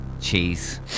cheese